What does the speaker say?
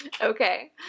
Okay